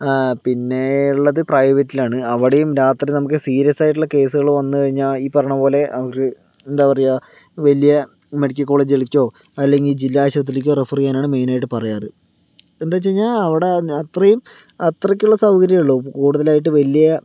പിന്നെയുള്ളത് പ്രൈവറ്റിലാണ് അവിടെയും രാത്രി നമുക്ക് സീരിയസ് ആയിട്ടുള്ള കേസുകള് വന്ന് കഴിഞ്ഞാൽ ഈ പറയണ പോലെ അവര് എന്താ പറയുക വലിയ മെഡിക്കൽ കോളേജ്കളിലേക്കോ അല്ലെങ്കിൽ ജില്ലാ ആശുപത്രിയിലേക്കോ റെഫർ ചെയ്യാനാണ് മെയിനായിട്ട് പറയാറ് അപ്പൊൾ എന്താ വച്ചു കഴിഞ്ഞാൽ അവിടെ അത്രയും അത്രക്കുള്ള സൗകര്യമുള്ളു കൂടുതലായിട്ട് വലിയ